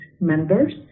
members